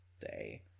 day